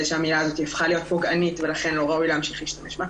שהמילה הזאת הפכה להיות פוגענית ולכן לא ראוי להמשיך להשתמש בה.